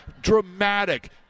dramatic